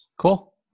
Cool